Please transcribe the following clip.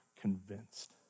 convinced